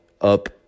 up